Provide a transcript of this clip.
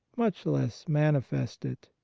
much less manifest it.